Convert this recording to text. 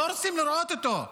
לא רוצים לראות אותו,